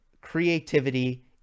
creativity